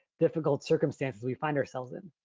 difficult circumstances we find ourselves in.